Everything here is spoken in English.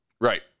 Right